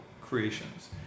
creations